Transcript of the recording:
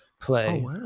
play